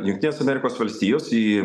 jungtinės amerikos valstijos į